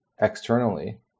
externally